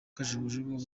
kajugujugu